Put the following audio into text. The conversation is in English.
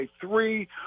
three